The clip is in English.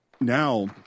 Now